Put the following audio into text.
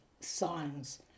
signs